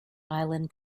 island